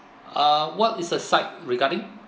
uh what is a side regarding